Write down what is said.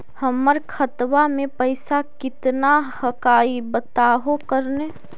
हमर खतवा में पैसा कितना हकाई बताहो करने?